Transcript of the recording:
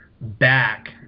back